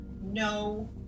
no